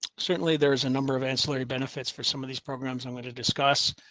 certainly, there's a number of ancillary benefits for some of these programs. i'm going to discuss,